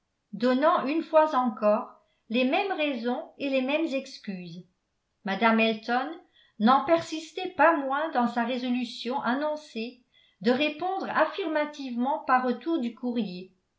donnant une fois encore les mêmes raisons et les mêmes excuses mme elton n'en persistait pas moins dans sa résolution annoncée de répondre affirmativement par retour du courrier